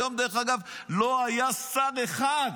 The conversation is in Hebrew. היום, דרך אגב, לא היה שר אחד